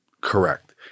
Correct